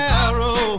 arrow